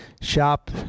shop